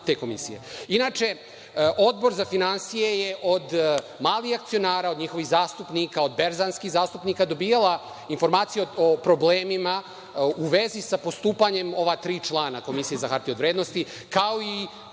Odbor za finansije je od malih akcionara, od njihovih zastupnika, od berzanskih zastupnika, dobijao informacije o problemima u vezi sa postupanjem ova tri člana Komisije za hartije od vrednosti kao i